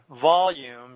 volumes